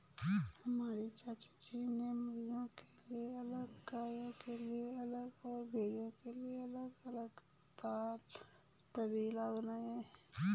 हमारे चाचाजी ने मुर्गियों के लिए अलग गायों के लिए अलग और भेड़ों के लिए अलग तबेला बनाया है